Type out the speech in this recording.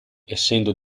essendo